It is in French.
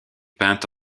peinte